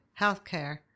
healthcare